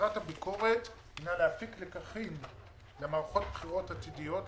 מטרת הביקורת הינה להפיק לקחים למערכות בחירות עתידיות,